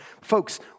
Folks